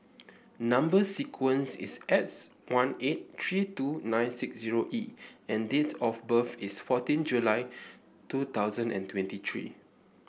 number sequence is S one eight three two nine six zero E and dates of birth is fourteen July two thousand and twenty three